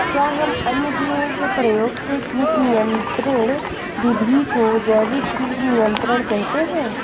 क्या हम अन्य जीवों के प्रयोग से कीट नियंत्रिण विधि को जैविक कीट नियंत्रण कहते हैं?